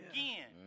Again